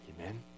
Amen